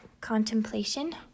contemplation